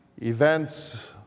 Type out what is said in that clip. Events